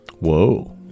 Whoa